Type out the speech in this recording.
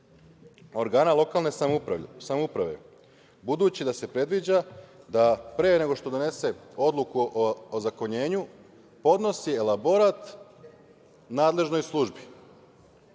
organa lokalne samouprave, budući da se predviđa da pre nego što donese odluku o ozakonjenju podnosi elaborat nadležnoj službi,